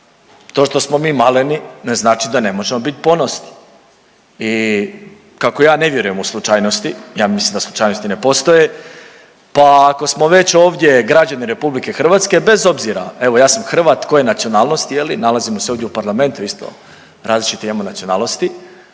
To što smo mi maleni ne znači da ne možemo bit ponosni i kako ja ne vjerujem u slučajnosti, ja ne mislim da slučajnosti ne postoje, pa ako smo već ovdje građani RH bez obzira evo ja sam Hrvat, koje nacionalnosti je li nalazimo se ovdje u Parlamentu isto različitih imamo nacionalnosti,